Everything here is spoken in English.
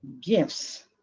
gifts